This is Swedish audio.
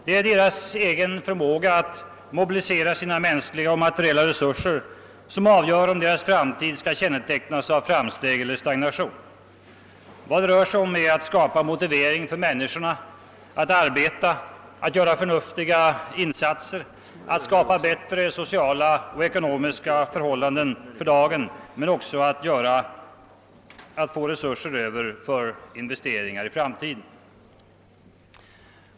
Det är deras förmåga att mobilisera sina egna mänskliga och materiella resurser som avgör om deras framtid skall kännetecknas av framsteg eller stagnation. Vad det rör sig om är att skapa motivering för människorna att arbeta, att göra förnuftiga insatser, att skapa bättre sociala och ekonomiska förhållanden för dagen men också att få resurser över för investeringar i framtiden.